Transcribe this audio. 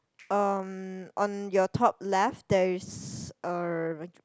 um on your top left there is a